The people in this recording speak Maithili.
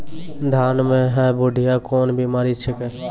धान म है बुढ़िया कोन बिमारी छेकै?